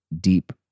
deep